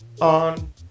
on